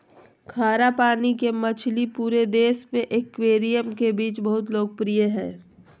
खारा पानी के मछली पूरे देश में एक्वेरियम के बीच बहुत लोकप्रिय हइ